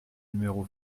numéro